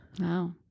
Wow